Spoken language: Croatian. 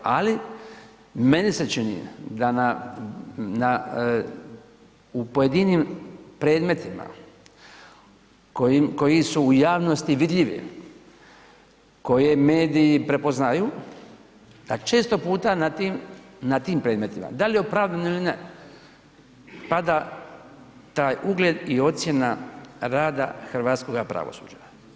Ali meni se čini da u pojedinim predmetima koji su u javnosti vidljivi, koje mediji prepoznaju, da često puta na tim predmetima, da li opravdano ili ne, pada taj ugled i ocjena rada hrvatskoga pravosuđa.